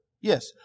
Yes